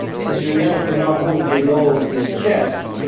since juliano could not move below his chest,